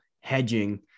hedging